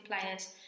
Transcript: players